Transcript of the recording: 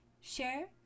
share